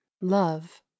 love